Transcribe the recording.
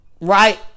Right